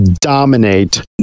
dominate